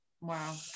Wow